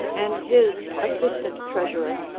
and his assistant treasurer,